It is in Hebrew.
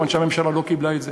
כיוון שהממשלה לא קיבלה את זה.